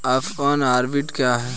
F one hybrid क्या है?